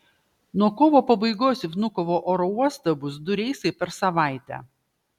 nuo kovo pabaigos į vnukovo oro uostą bus du reisai per savaitę